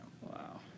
Wow